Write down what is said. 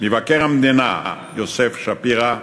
מבקר המדינה יוסף שפירא,